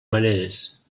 maneres